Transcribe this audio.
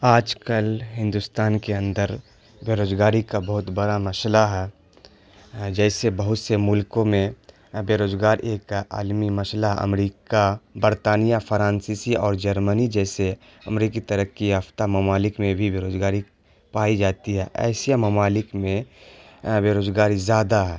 آج کل ہندوستان کے اندر بے روزگاری کا بہت بڑا مسئلہ ہے جیسے بہت سے ملکوں میں بے روزگار ایک عالمی مسئلہ امڑیکہ برطانیہ فرانسیسی اور جرمنی جیسے امریکی ترقی یافتہ ممالک میں بھی بے روزگاری پائی جاتی ہے ایسے ممالک میں بے روزگاری زیادہ ہے